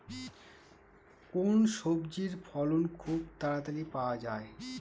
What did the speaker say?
কোন সবজির ফলন খুব তাড়াতাড়ি পাওয়া যায়?